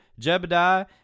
Jebediah